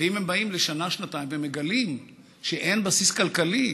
ואם הם באים לשנה-שנתיים ומגלים שאין בסיס כלכלי,